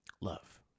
love